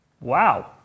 Wow